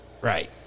Right